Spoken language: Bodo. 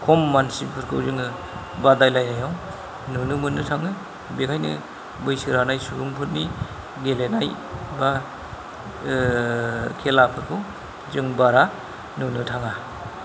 खम मानसिफोरखौ जोङो बादायलायनायाव नुनो मोननो थाङो बेखायनो बैसो रानाय सुबुंफोरनि गेलेनाय बा खेलाफोरखौ जों बारा नुनो थाङा